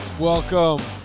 Welcome